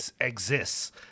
exists